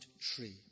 tree